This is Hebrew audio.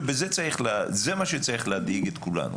זה מה שצריך להדאיג את כולנו: